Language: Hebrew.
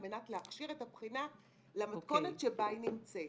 מנת להכשיר את הבחינה למתכונת שבה היא נמצאת.